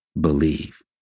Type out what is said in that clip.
believe